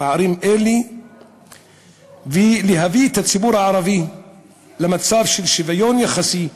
פערים אלה ולהביא את הציבור הערבי למצב של שוויון יחסי,